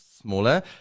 smaller